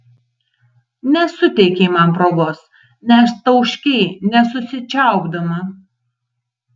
nesuteikei man progos nes tauškei nesusičiaupdama